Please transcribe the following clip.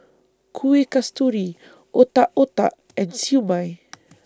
Kueh Kasturi Otak Otak and Siew Mai